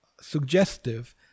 suggestive